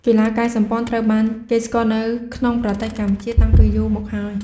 កីឡាកាយសម្ព័ន្ធត្រូវបានគេស្គាល់នៅក្នុងប្រទេសកម្ពុជាតាំងពីយូរមកហើយ។